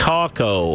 Taco